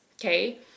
Okay